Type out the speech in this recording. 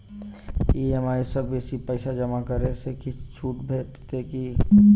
EMI सँ बेसी पैसा जमा करै सँ किछ छुट भेटत की?